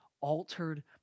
altered